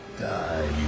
Die